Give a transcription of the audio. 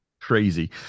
Crazy